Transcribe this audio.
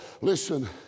Listen